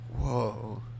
Whoa